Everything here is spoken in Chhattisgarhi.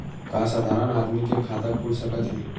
का साधारण आदमी के खाता खुल सकत हे?